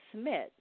Smith